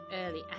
early